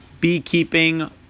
Beekeeping